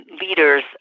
leaders